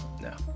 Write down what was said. No